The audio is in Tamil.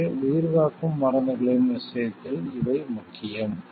எனவே உயிர்காக்கும் மருந்துகளின் விஷயத்தில் இவை முக்கியம்